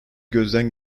gözden